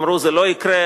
אמרו: זה לא יקרה,